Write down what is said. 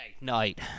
night